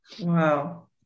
wow